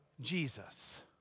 Jesus